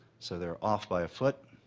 so they are off by a foot.